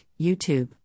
YouTube